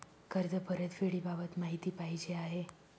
कर्ज परतफेडीबाबत माहिती पाहिजे आहे